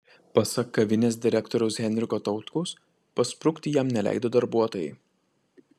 pasak kavinės direktoriaus henriko tautkaus pasprukti jam neleido darbuotojai